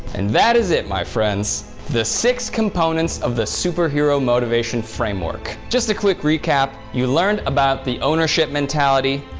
and that is it, my friends. the six components of the superhero motivation framework. just a quick recap, you learned about the ownership mentality,